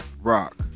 rock